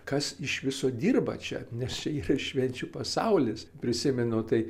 kas iš viso dirba čia nes čia yra švenčių pasaulis prisimenu tai